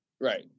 Right